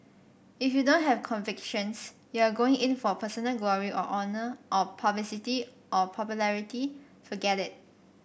if you don't have convictions you are going in for personal glory or honour or publicity or popularity forget it